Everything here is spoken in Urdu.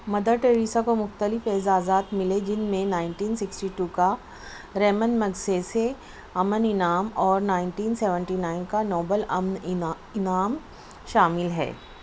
مدر ٹریسا کو مختلف اعزازات ملے جن میں نائنٹین سکسٹی ٹو کا ریمن میگسیسے امن انعام اور نائنٹین سیونٹی نائن کا نوبل امن انعام انعام شامل ہے